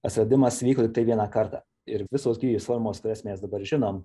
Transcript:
atsiradimas vyko tiktai vieną kartą ir visos gyvybės formos kurias mes dabar žinom